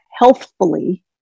healthfully